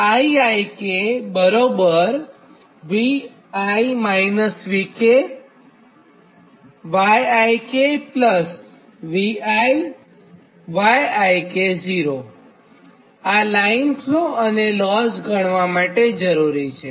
આ line flow અને loss ગણવા માટે જરૂરી છે